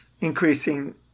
increasing